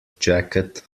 jacket